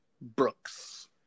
Brooks